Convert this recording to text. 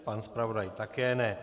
Pan zpravodaj také ne.